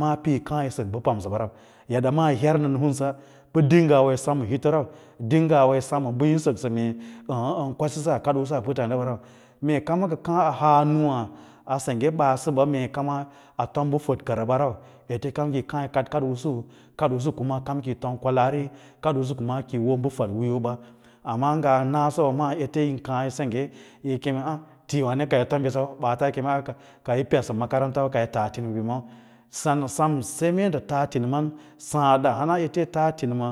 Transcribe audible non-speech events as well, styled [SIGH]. maa payi kaayisak ba pamla ɗina ngwa yi semma hitora ding ngwa yi sem ma batin saƙsə mee pamman an kwasisa a kadoo usu a puttaadiwa wa mee kan ka kaâ a haa nuwà a sengga bəəsəɓa mee kanwa na tom ba tadkora ba rau ete kam kiyi kaskad kad usu kad’usu kuma kam kiyi tom kwalaari kadiusu kuma kiyi wo bafadwii yoba amma nga nasowa maa ete yin kaâ a haa nwud a sengge bəəsaba mee kam a tom ba tədkərə ba rau ete kam kiyi kaa kad kad’usu kadi’usu kuma kam kiyi tom kwalaari yoɓa amma nga nasowa maa ete yir kaǎ yi segge yi kem a thyane ka yi tom bisau ɓaata kema aa kayi pedsa makaranta wa ka yi raa thinima bimau [NOISE] sem sai mee nda tas timan saadda hana te yi tas tinimen